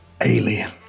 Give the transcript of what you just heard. alien